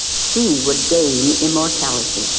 she would gain immortality